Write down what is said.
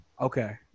Okay